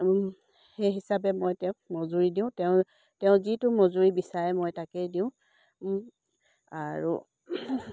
সেই হিচাপে মই তেওঁক মজুৰি দিওঁ তেওঁ তেওঁ যিটো মজুৰি বিচাৰে মই তাকেই দিওঁ আৰু